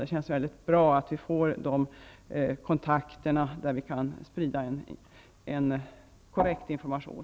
Det känns bra att vi får de kontakterna där vi kan sprida en korrekt information.